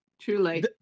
Truly